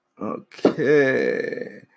Okay